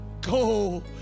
go